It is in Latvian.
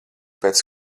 pēc